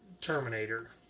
Terminator